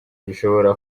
gishobora